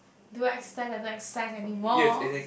do I exercise I don't exercise anymore